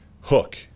hook